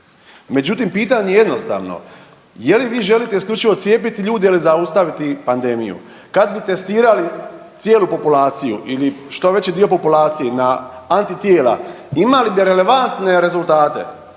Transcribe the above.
međutim pitanje je jednostavno, je li vi želite isključivo cijepiti ljude ili zaustaviti panedmiju? Kad bi testirali cijelu populaciju ili što veći dio populacije na antitijela imali bi relevantne rezultate